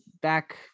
back